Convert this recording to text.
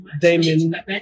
Damon